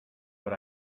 but